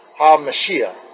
HaMashiach